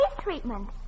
treatment